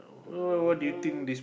uh